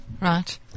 right